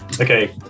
Okay